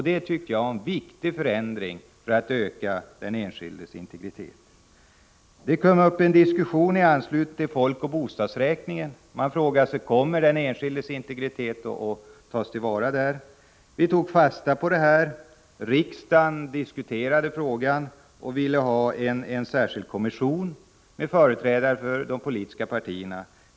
Det tycker jag är en viktig förändring för att öka den enskildes integritet. Det kom för det andra upp en diskussion i anslutning till folkoch bostadsräkningen. Man frågade sig: Kommer den enskildes integritet att tas till vara? Vi tog fasta på den oron. Riksdagen diskuterade frågan och ville ha en särskild kommission med företrädare för de politiska partierna.